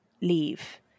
leave